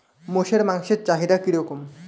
মোষের মাংসের চাহিদা কি রকম?